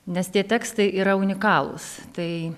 nes tie tekstai yra unikalūs tai